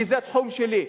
כי זה התחום שלי.